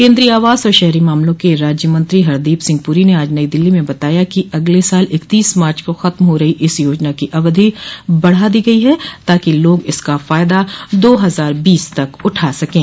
केन्द्रीय आवास और शहरी मामलों के राज्य मंत्री हरदीप सिंह पुरी ने आज नई दिल्ली में बताया कि अगले साल इकतीस मार्च को खत्म हो रही इस योजना को अवधि बढ़ा दी गई है ताकि लोग इसका फ़ायदा दो हज़ार बीस तक उठा सकें